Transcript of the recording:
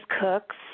cooks